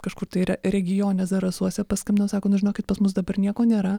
kažkur tai yra regione zarasuose paskambinau sako nu žinokit pas mus dabar nieko nėra